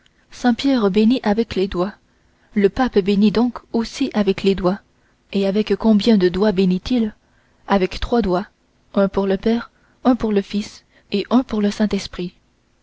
pierre bénit avec les doigts le pape bénit donc aussi avec les doigts et avec combien de doigts bénit il avec trois doigts un pour le père un pour le fils et un pour le saint-esprit